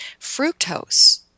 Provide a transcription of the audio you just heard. Fructose